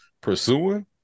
pursuing